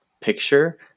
picture